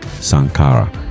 Sankara